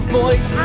voice